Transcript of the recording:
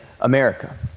America